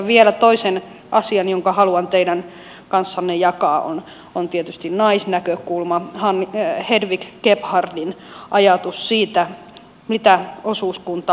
vielä toinen asia jonka haluan teidän kanssanne jakaa on tietysti naisnäkökulma hedvig gebhardin ajatus siitä mitä osuuskunta aate on